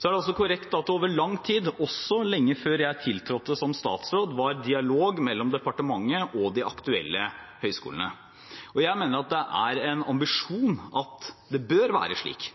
Det er også korrekt at over lang tid – også lenge før jeg tiltrådte som statsråd – var dialog mellom departementet og de aktuelle høyskolene. Jeg mener det er en ambisjon at det bør være slik,